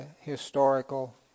historical